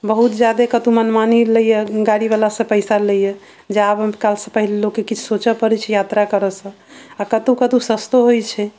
बहुत जादे कतौ मनमानी लैया गाड़ी वाला सब पैसा लैया जे आब हम लोक के किछु सोचऽ पड़ै छै यात्रा करऽ सऽ आ कतौ कतौ सस्तो होइ छै